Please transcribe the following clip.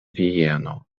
vieno